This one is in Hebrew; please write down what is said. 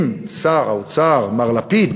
אם שר האוצר מר לפיד